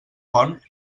font